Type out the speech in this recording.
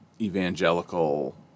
Evangelical